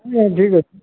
ହ ଠିକ୍ ଅଛି